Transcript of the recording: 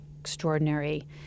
extraordinary